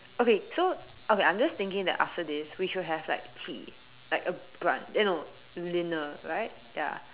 okay so okay I'm just thinking that after this we should have like tea like a brunch eh no linner right ya